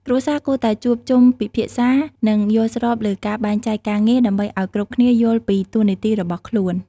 គ្រួសារគួរតែជួបជុំគ្នាពិភាក្សា និងយល់ព្រមលើការបែងចែកការងារ ដើម្បីឲ្យគ្រប់គ្នាយល់ពីតួនាទីរបស់ខ្លួន។